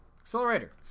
Accelerator